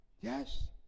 Yes